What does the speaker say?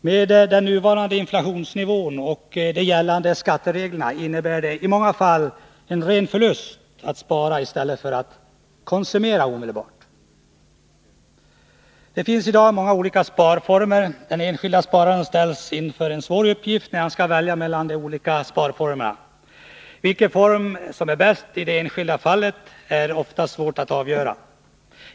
Med den nuvarande inflationsnivån och de gällande skattereglerna innebär det i många fall en ren förlust att spara i stället för att konsumera omedelbart. Det finns i dag många olika sparformer. Den enskilde spararen ställs inför en svår uppgift när han skall välja mellan alla de olika sparformerna. Det är ofta svårt att avgöra vilken form som är bäst i det enskilda fallet.